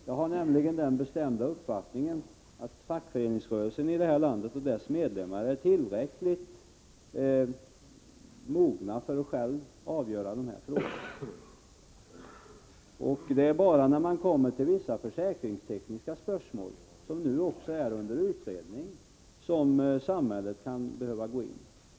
Jag har nämligen den bestämda uppfattningen att fackföreningsrörelsen i detta land och dess medlemmar är tillräckligt mogna för att själva kunna avgöra dessa frågor. Bara när man kommer till vissa försäkringstekniska spörsmål, som nu också är under utredning, kan samhället behöva gå in.